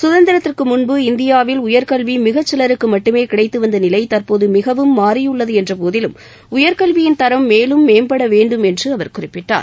சுதந்திரத்திற்கு முன்பு இந்தியாவில் உயர்கல்வி மிகச்சிலருக்கு மட்டுமே கிடைத்து வந்த நிலை தற்போது மிகவும் மாறியுள்ளது என்ற போதிலும் உயர்கல்வியின் தரம் மேலும் மேம்பட வேண்டும் என்று அவர் குறிப்பிட்டார்